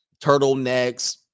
Turtlenecks